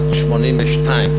בת 82,